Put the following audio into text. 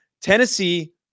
Tennessee